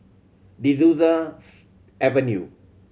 De Souza Avenue